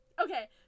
Okay